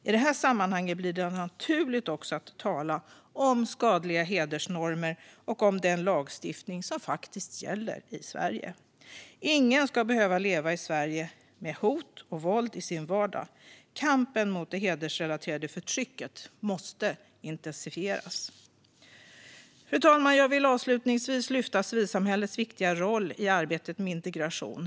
I det sammanhanget blir det naturligt att också tala om skadliga hedersnormer och om den lagstiftning som faktiskt gäller i Sverige. Ingen ska behöva leva i Sverige med hot och våld i sin vardag. Kampen mot det hedersrelaterade förtrycket måste intensifieras. Fru talman! Jag vill avslutningsvis lyfta fram civilsamhällets viktiga roll i arbetet med integration.